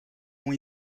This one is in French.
ont